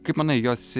kaip manai jos